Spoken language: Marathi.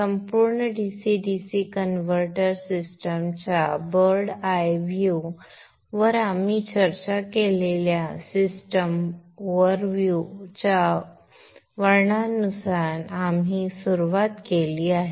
संपूर्ण DC DC कन्व्हर्टर सिस्टमच्या bird's eye view bird's eye view वर आपण चर्चा केलेल्या सिस्टम ओव्हर्व्ह्यू च्या या वर्णनापासून आपण सुरुवात केली आहे